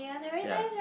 ya